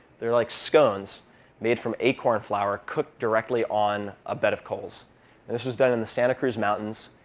they're like scones made from acorn flour, cooked directly on a bed of coals. and this was done in the santa cruz mountains,